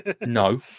no